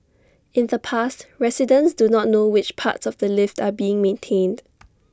in the past residents do not know which parts of the lift are being maintained